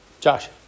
Josh